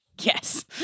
Yes